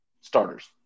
starters